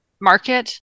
market